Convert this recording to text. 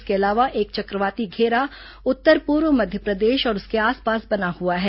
इसके अलावा एक चक्रवाती घेरा उत्तर पूर्व मध्यप्रदेश और उसके आसपास बना हुआ है